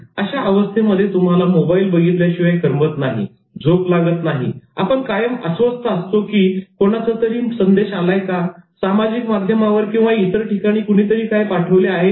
अशा अवस्थेमध्ये तुम्हाला मोबाईल बघितल्याशिवाय करमत नाही झोप लागत नाही आपण कायम अस्वस्थ असतो की कोणाचातरी संदेश आलाय का सामाजिक माध्यमावर किंवा इतर ठिकाणी कुणीतरी काय पाठवले आहे का